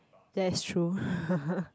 that is true